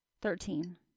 Thirteen